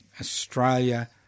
Australia